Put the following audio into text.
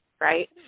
right